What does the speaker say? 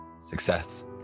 Success